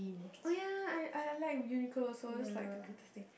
oh ya I I I like Uniqlo also that's like the cutest thing